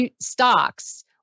stocks